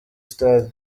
stade